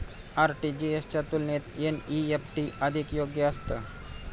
RTGS च्या तुलनेत NEFT अधिक योग्य असतं